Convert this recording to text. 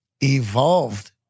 evolved